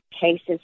cases